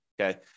Okay